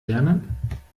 lernen